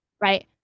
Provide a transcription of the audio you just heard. right